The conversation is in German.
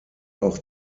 auch